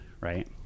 right